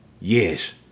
yes